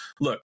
Look